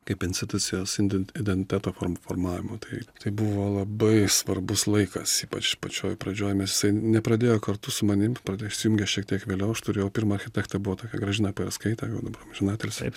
kaip institucijos indent identiteto for formavimo tai tai buvo labai svarbus laikas ypač pačioj pradžioj nes jisai nepradėjo kartu su manim pradėjo įsijungė šiek tiek vėliau o aš turėjau pirmą architektą buvo tokia gražina pajeskaitė jau dabar amžinatilsį